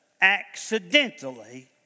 accidentally